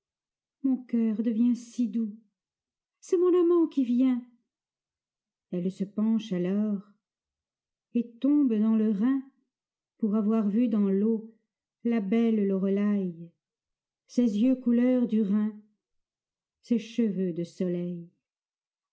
mon cœur devient si doux c'est mon amant qui vient elle se penche alors et tombe dans le rhin pour avoir vu dans l'eau la belle loreley ses yeux couleur du rhin ses cheveux de soleil